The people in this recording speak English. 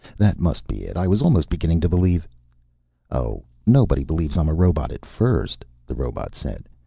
that must be it. i was almost beginning to believe oh, nobody believes i'm a robot at first, the robot said.